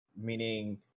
Meaning